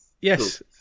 Yes